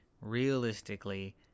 realistically